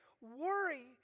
worry